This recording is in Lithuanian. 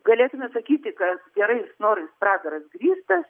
galėtume atsakyti kad gerais norais pragaras grįstas